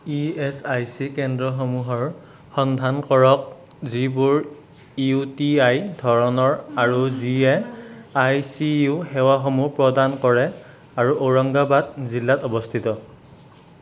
E S I C কেন্দ্ৰসমূহৰ সন্ধান কৰক যিবোৰ ইউ টি আই ধৰণৰ আৰু যিয়ে আই চি ইউ সেৱাসমূহ প্ৰদান কৰে আৰু ঔৰংগাবাদ জিলাত অৱস্থিত